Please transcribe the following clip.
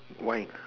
white